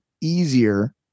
easier